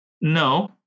No